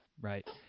right